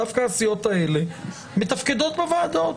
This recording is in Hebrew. דווקא הסיעות האלה מתפקדות בוועדות,